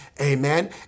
Amen